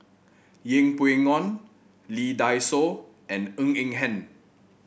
Yeng Pway Ngon Lee Dai Soh and Ng Eng Hen